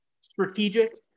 strategic